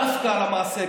דווקא על המעשה,